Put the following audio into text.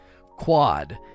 Quad